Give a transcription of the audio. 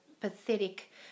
pathetic